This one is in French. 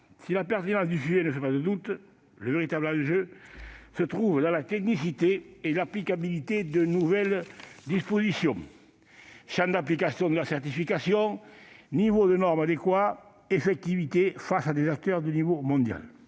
Si la pertinence du sujet ne fait pas de doute, le véritable enjeu se trouve dans sa technicité et dans l'applicabilité de nouvelles dispositions : champ d'application de la certification, niveau adéquat de norme, effectivité face à des acteurs de niveau mondial.